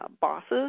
bosses